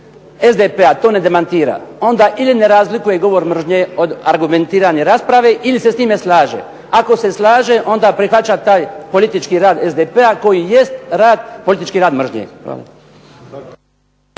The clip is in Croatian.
SDP-a to ne demantira onda ili ne razlikuje govor mržnje od argumentirane rasprave, ili se s tim ne slaže. Ako se slaže onda prihvaća taj politički rad SDP-a koji jest rad, politički rad mržnje.